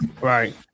Right